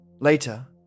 Later